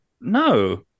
No